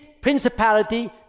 principality